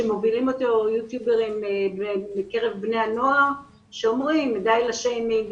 אותה מובילים יוטיוברים מקרב בני הנוער שאומרים די לשיימינג,